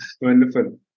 Wonderful